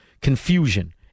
confusion